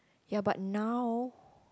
ya but now